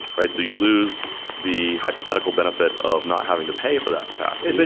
right? so you lose the hypothetical benefit of not having to pay for that capacitance. but